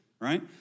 right